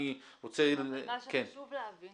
מה שחשוב להבין,